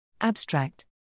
Abstract